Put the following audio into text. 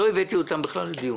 כדי להביא אותן לדיון,